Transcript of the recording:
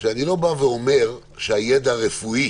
שאני לא בא ואומר שהידע הרפואי